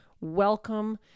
welcome